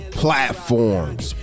platforms